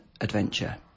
adventure